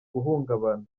guhungabana